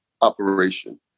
operation